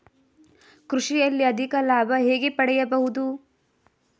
ಕೃಷಿಯಲ್ಲಿ ಅಧಿಕ ಲಾಭ ಹೇಗೆ ಪಡೆಯಬಹುದು?